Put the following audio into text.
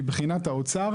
מבחינת האוצר,